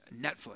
Netflix